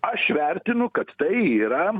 aš vertinu kad tai yra